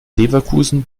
leverkusen